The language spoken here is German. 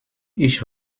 ich